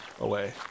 away